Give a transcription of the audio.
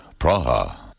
Praha